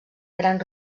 gran